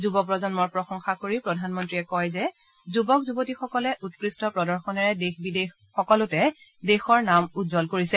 যুৱ প্ৰজন্মৰ প্ৰশংসা কৰি প্ৰধানমন্ত্ৰীয়ে কয় যে যুৱক যুৱতীসকলে উৎকৃষ্ট প্ৰদৰ্শনেৰে দেশ বিদেশ সকলোতে দেশৰ নাম উজ্জ্বল কৰিছে